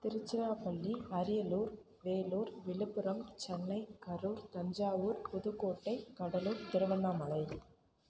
Tiruchirappalli Ariyalur Vellore Viluppuram Chennai Karur Thanjavur Pudukkottai Cuddalore Tiruvannamalai